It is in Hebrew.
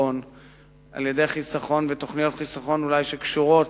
חיסכון ותוכניות חיסכון שקשורות